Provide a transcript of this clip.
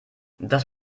das